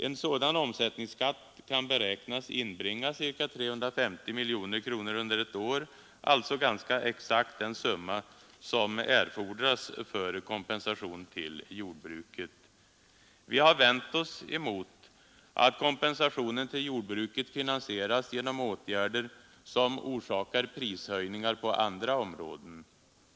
En sådan omsättningsskatt kan beräknas inbringa ca 350 miljoner kronor under ett år, alltså ganska exakt den summa som erfordras för kompensation till jordbruket. Vi har vänt oss emot att kompensationen till jordbruket finansieras genom åtgärder som orsakar prishöjningar på andra områden.